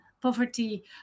poverty